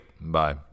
Bye